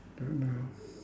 don't know